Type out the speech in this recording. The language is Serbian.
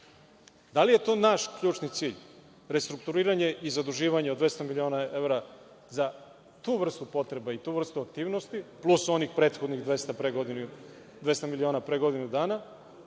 Da li je to naš ključni cilj – restrukturiranje i zaduživanje od 200 miliona evra za tu vrstu potreba i tu vrstu aktivnosti, plus onih prethodnih 200 miliona pre godinu dana